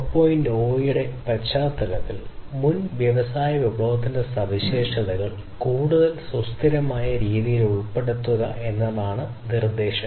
0 ന്റെ പശ്ചാത്തലത്തിൽ മുൻ വ്യവസായ വിപ്ലവത്തിന്റെ സവിശേഷതകൾ കൂടുതൽ സുസ്ഥിരമായ രീതിയിൽ ഉൾപ്പെടുത്തുക എന്നതാണ് നിർദ്ദേശം